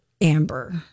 Amber